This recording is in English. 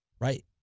right